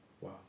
Wow